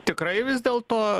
tikrai vis dėlto